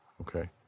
okay